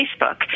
Facebook